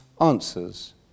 answers